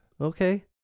okay